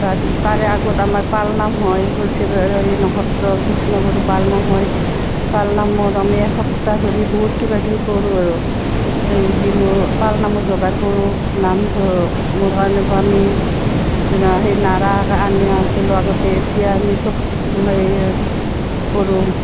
তাৰপিছত তাৰে আগত আমাৰ পালনাম হয় সৰ্থেবাৰী সত্ৰ কৃষ্ণগৰু পালনাম হয় পালনামত আমি এসপ্তাহ ধৰি বহুত কিবা কিবি কৰোঁ আৰু সেই বিহু পালনামত যোগাৰ কৰোঁ নাম ধ মোৰ কাৰণে বা আমি সেই নাৰা আনি আছিলোঁ আগতে এতিয়া আমি চব সেই কৰোঁ